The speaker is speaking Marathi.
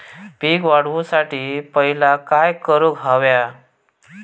पीक वाढवुसाठी पहिला काय करूक हव्या?